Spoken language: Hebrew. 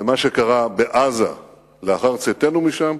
ומה שקרה בעזה לאחר צאתנו משם